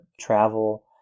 travel